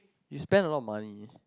you spend a lot of money